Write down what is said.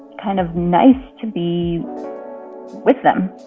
kind of nice to be with them